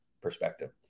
perspective